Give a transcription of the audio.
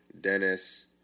Dennis